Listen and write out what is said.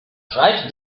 drives